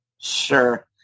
Sure